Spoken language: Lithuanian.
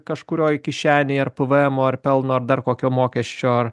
kažkurioje kišenėje ar pavaemų ar pelno ar dar kokio mokesčio ar